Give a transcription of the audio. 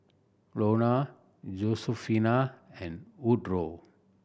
Lona Josefina and Woodroe